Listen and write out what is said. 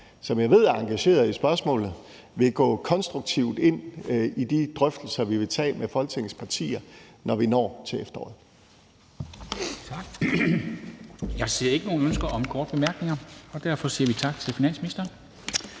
som jeg ved er engageret i spørgsmålet, vil gå konstruktivt ind i de drøftelser, vi vil tage med Folketingets partier, når vi når til efteråret.